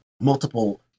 multiple